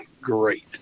great